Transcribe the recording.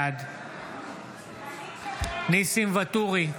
בעד ניסים ואטורי,